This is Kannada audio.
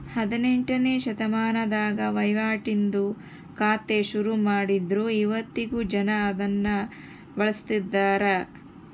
ಹದಿನೆಂಟ್ನೆ ಶತಮಾನದಾಗ ವಹಿವಾಟಿಂದು ಖಾತೆ ಶುರುಮಾಡಿದ್ರು ಇವತ್ತಿಗೂ ಜನ ಅದುನ್ನ ಬಳುಸ್ತದರ